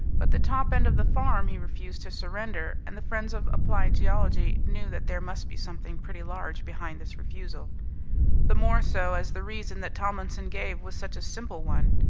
but the top end of the farm he refused to surrender, and the friends of applied geology knew that there must be something pretty large behind this refusal the more so as the reason that tomlinson gave was such a simple one.